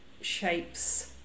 shapes